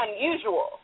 unusual